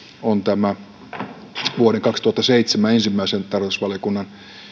on vuoden kaksituhattaseitsemän ensimmäisen tarkastusvaliokunnan